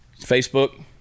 Facebook